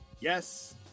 Yes